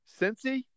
Cincy